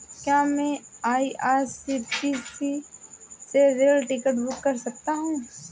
क्या मैं आई.आर.सी.टी.सी से रेल टिकट बुक कर सकता हूँ?